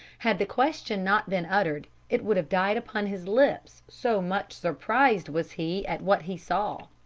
had the question not been uttered, it would have died upon his lips, so much surprised was he at what he saw.